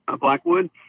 Blackwood